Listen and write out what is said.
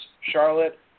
Charlotte